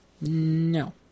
No